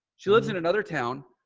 she lives in another town.